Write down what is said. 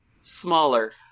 smaller